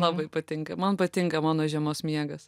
labai patinka man patinka mano žiemos miegas